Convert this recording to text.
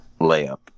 layup